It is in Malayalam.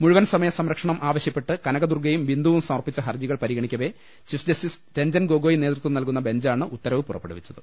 മുഴുവൻ സമയ സംരക്ഷണം ആവശൃപ്പെട്ട് ക നകദുർഗ്ഗയും ബിന്ദുവും സമർപ്പിച്ച ഹർജികൾ പരിഗണിക്കവേ ചീഫ് ജസ്റ്റിസ് രഞ്ജൻ ഗോഗോയി നേതൃത്വം നൽകുന്ന ബെഞ്ചാണ് ഉത്തരവ് പുറപ്പെടുവിച്ചത്